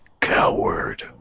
coward